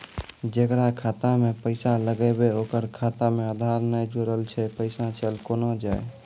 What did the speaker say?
जेकरा खाता मैं पैसा लगेबे ओकर खाता मे आधार ने जोड़लऽ छै पैसा चल कोना जाए?